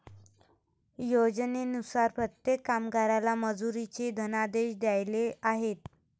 योजनेनुसार प्रत्येक कामगाराला मजुरीचे धनादेश द्यायचे आहेत